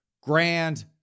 grand